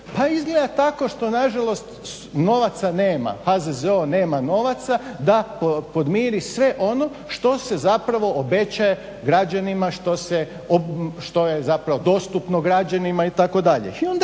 Pa izgleda tako što nažalost novaca nema, HZZO nema novaca da podmiri sve ono što se zapravo obećaje građanima, što je zapravo dostupno građanima itd. i onda